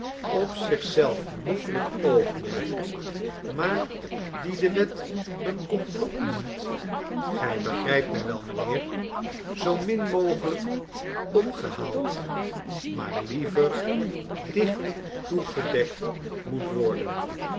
op zich zelf loffelijk oogmerk maar die de wet een complot noemt gij begrijpt mij wel mijnheer zoo min mogelijk opgehaald maar liever dicht toegedekt moet worden